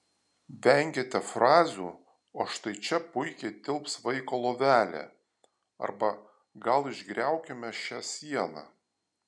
venkite frazių o štai čia puikiai tilps vaiko lovelė arba gal išgriaukime šią sieną